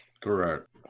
Correct